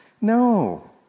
No